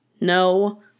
no